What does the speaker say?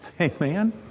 Amen